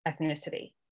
ethnicity